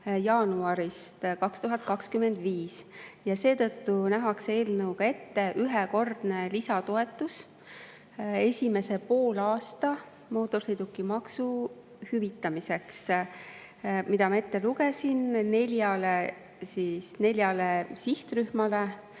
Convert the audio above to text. jaanuaril 2025. aastal. Seetõttu nähakse eelnõuga ette ühekordne lisatoetus esimesel poolaastal mootorsõidukimaksu hüvitamiseks, nagu ma ette lugesin, neljale sihtrühmale: